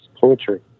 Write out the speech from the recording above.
poetry